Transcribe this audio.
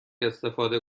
استفاده